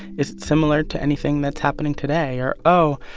is it similar to anything that's happening today? or, oh,